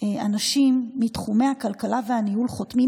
אנשים מתחומי הכלכלה והניהול חותמים